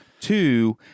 Two